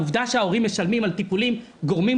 העובדה שההורים משלמים על הטיפולים גורמת